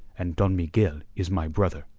and don miguel is my brother.